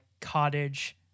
cottage